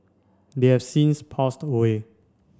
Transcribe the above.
they have since passed away